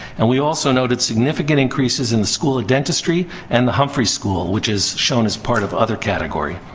and we also noted significant increases in the school of dentistry and the humphrey school, which is shown as part of other category.